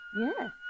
Yes